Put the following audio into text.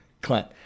Clint